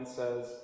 says